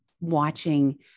watching